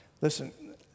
Listen